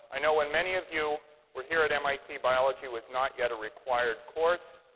know when many of you were here at mit, biology was not yet a required course.